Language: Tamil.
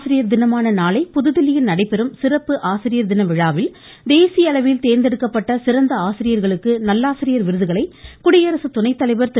ஆசிரியர் தினமான நாளை புதுதில்லியில் நடைபெறும் சிறப்பு ஆசிரியர் தின விழாவில் தேசிய அளவில் தேர்ந்தெடுக்கப்பட்ட சிறந்த ஆசிரியர்களுக்கு நல்லாசிரியர் விருதுகளை குடியரசு துணை தலைவர் திரு